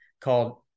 called